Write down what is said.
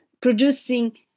producing